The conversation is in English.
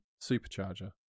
supercharger